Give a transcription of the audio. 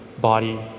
body